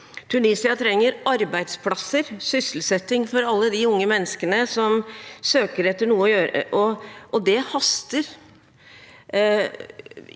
Tunisia trenger arbeidsplasser, sysselsetting for alle de unge menneskene som søker etter noe å gjøre – og det haster.